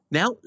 Now